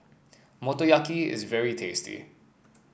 Motoyaki is very tasty